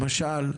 למשל: